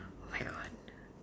!oh-my-God!